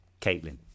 caitlin